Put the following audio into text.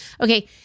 Okay